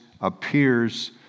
appears